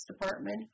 department